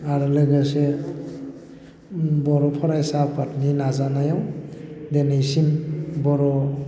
आरो लोगोसे बर' फरायसा आफादनि नाजानायाव दिनैसिम बर'